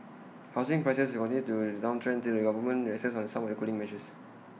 housing prices will continue on the downtrend till the government relaxes some of the cooling measures